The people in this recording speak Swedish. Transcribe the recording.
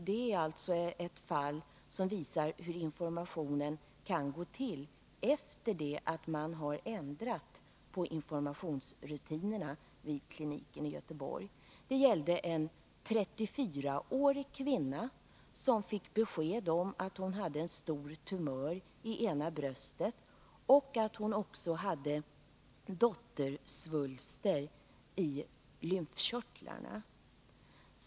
Det är alltså ett fall som visar hur informationen kan gå till efter det att man har ändrat på informationsrutinerna vid kliniken i Göteborg. Det gällde en 34-årig kvinna som fick besked om att hon hade en stor tumör i ena bröstet och att hon även hade dottersvulster i lymfkörtlarna.